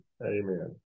Amen